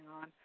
on